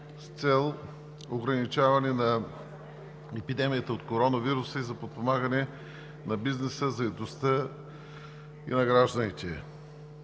с цел ограничаване на епидемията от коронавируса и за подпомагане на бизнеса, заетостта и на гражданите.